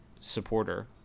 supporter